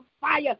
fire